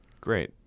Great